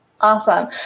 Awesome